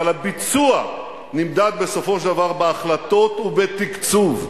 אבל הביצוע נמדד בסופו של דבר בהחלטות ובתקצוב.